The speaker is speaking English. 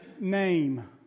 name